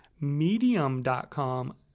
Medium.com